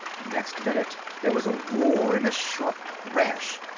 next minute there was a roar and a sharp crash,